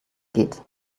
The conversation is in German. geht